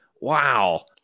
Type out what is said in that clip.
Wow